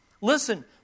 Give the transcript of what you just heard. Listen